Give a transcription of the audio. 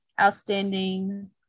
outstanding